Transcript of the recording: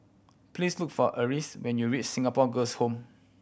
please look for Alyse when you reach Singapore Girls' Home